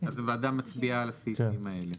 אז הוועדה מצביעה על הסעיפים האלה.